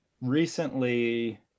recently